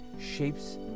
shapes